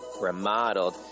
remodeled